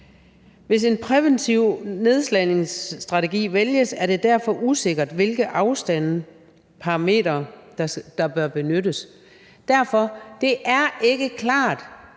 Hvis en præventiv nedslagningsstrategi vælges, er det derfor usikkert, hvilke afstandsparametre der bør benyttes. Derfor: Det er ikke klart,